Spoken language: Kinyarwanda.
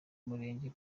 murenge